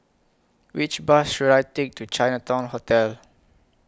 Which Bus should I Take to Chinatown Hotel